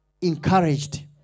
Encouraged